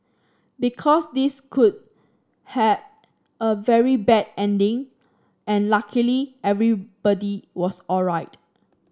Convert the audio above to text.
because this could have a very bad ending and luckily everybody was alright